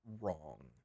wrong